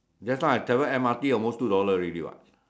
just now I travel M_R_T almost two dollar already what